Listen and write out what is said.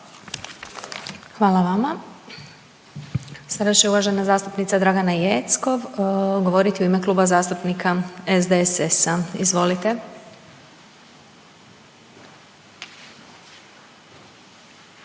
Hvala vama. Sada će uvažena zastupnica Dragana Jeckov, govoriti u ime Kluba zastupnika SDSS-a. Izvolite.